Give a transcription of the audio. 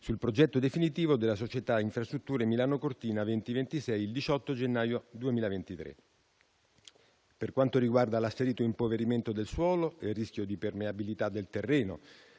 sul progetto definitivo della società Infrastrutture Milano Cortina 2020-2026, il 18 gennaio 2023. Per quanto riguarda l'asserito impoverimento del suolo e il rischio di permeabilità del terreno,